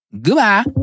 Goodbye